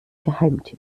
geheimtipp